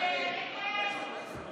ההסתייגות (2)